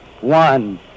one